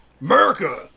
America